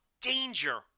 danger